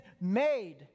made